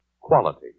Quality